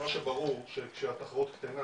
מה שברור זה שכשהתחרות קטנה